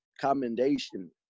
commendation